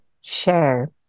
share